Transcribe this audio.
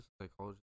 psychology